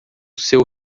seu